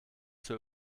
zur